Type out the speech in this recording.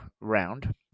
round